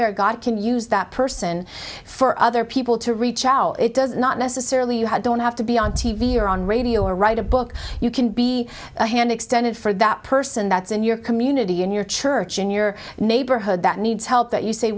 there god can use that person for other people to reach out it does not necessarily you have don't have to be on t v or on radio or write a book you can be a hand extended for that person that's in your community in your church in your neighborhood that needs help that you say